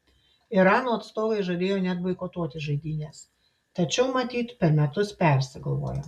irano atstovai žadėjo net boikotuoti žaidynes tačiau matyt per metus persigalvojo